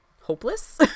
hopeless